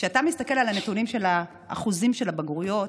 כשאתה מסתכל על הנתונים של האחוזים של הבגרויות,